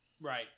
Right